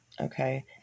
Okay